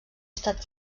estat